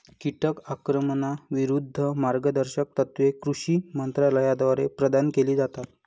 कीटक आक्रमणाविरूद्ध मार्गदर्शक तत्त्वे कृषी मंत्रालयाद्वारे प्रदान केली जातात